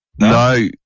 No